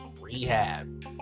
rehab